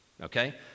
okay